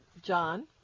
John